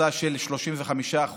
של 35%,